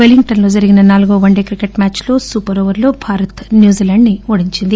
పెలింగ్ టన్ లో జరిగిన నాలుగో వన్ డే మ్యాచ్ లో సూపర్ ఓవర్లో భారత్ న్యూ జీలాండ్ ని ఓడించింది